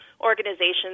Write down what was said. organizations